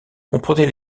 comprenait